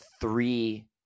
three